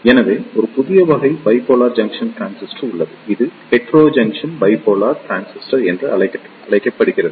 எனவே ஒரு புதிய வகை பைபோலார் ஜங்ஷன் டிரான்சிஸ்டர் உள்ளது இது ஹெட்டெரோஜங்க்ஷன் பைபோலார் டிரான்சிஸ்டர் என்று அழைக்கப்படுகிறது